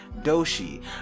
Doshi